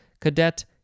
cadet